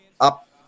up